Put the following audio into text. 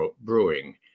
brewing